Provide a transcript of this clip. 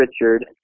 richard